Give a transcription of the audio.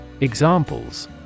Examples